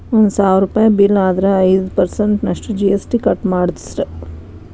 ಒಂದ್ ಸಾವ್ರುಪಯಿ ಬಿಲ್ಲ್ ಆದ್ರ ಐದ್ ಪರ್ಸನ್ಟ್ ನಷ್ಟು ಜಿ.ಎಸ್.ಟಿ ಕಟ್ ಮಾದ್ರ್ಸ್